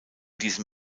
diesem